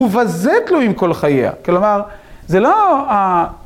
הוא בזה תלויים כל חייה, כלומר, זה לא ה...